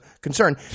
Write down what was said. concern